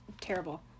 terrible